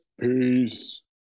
Peace